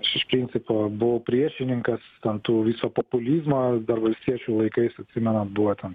aš iš principo buvau priešininkas ant tų viso populizmo dar valstiečių laikais atsimenam buvo ten